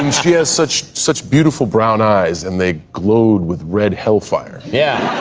she has such such beautiful brown eyes and they glowed with red hell fire. yeah!